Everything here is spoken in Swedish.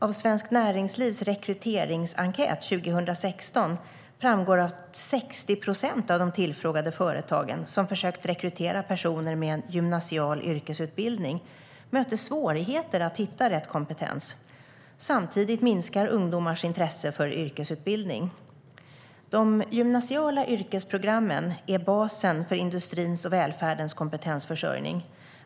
Av Svenskt Näringslivs rekryteringsenkät 2016 framgår att 60 procent av de tillfrågade företagen som försökt rekrytera personer med en gymnasial yrkesutbildning möter svårigheter att hitta rätt kompetens. Samtidigt minskar ungdomars intresse för yrkesutbildning. De gymnasiala yrkesprogrammen är basen för industrins och välfärdens kompetensförsörjning.